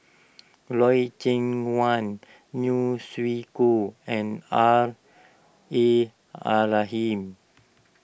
Loy Chye Wan Neo Chwee Kok and R A